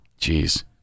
Jeez